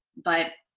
but,